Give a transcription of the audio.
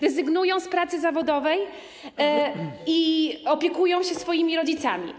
Rezygnują one z pracy zawodowej i opiekują się swoimi rodzicami.